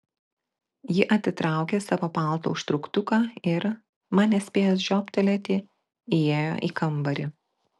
ji atitraukė savo palto užtrauktuką ir man nespėjus žiobtelėti įėjo į kambarį